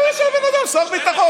שאל את הבן אדם, שר ביטחון.